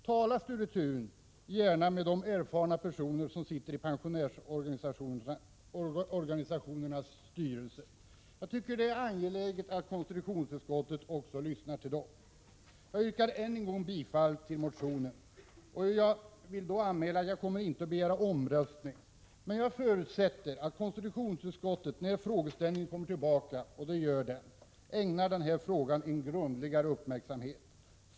Tala gärna med de erfarna personer som sitter i pensionärsorganisationernas styrelser, Sture Thun. Jag tycker att det är angeläget att konstitutionsutskottet också lyssnar till dem. Jag yrkar än en gång bifall till motionen. Jag vill anmäla att jag inte kommer att begära omröstning, men jag förutsätter att konstitutionsutskottet när denna fråga kommer tillbaka — vilket den gör — ägnar den en grundligare uppmärksamhet än som nu har skett.